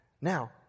Now